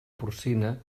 porcina